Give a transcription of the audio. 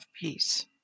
peace